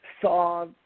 saw –